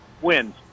wins